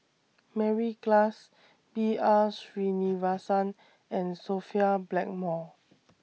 Mary Klass B R Sreenivasan and Sophia Blackmore